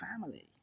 family